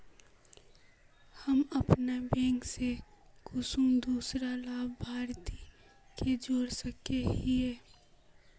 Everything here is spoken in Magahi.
हम अपन बैंक से कुंसम दूसरा लाभारती के जोड़ सके हिय?